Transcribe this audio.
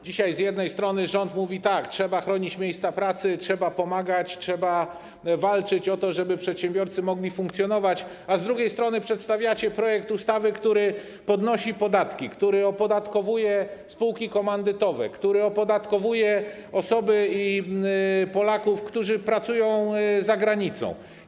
Dzisiaj z jednej strony rząd mówi tak: trzeba chronić miejsca pracy, trzeba pomagać, trzeba walczyć o to, żeby przedsiębiorcy mogli funkcjonować - a z drugiej strony przedstawiacie projekt ustawy, który podnosi podatki, który opodatkowuje spółki komandytowe, który opodatkowuje osoby i Polaków, którzy pracują za granicą.